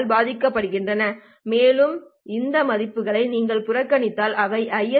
யால் பாதிக்கப்படுகின்றன மேலும் இந்த மதிப்புகளை நீங்கள் புறக்கணித்தால் அவை ஐ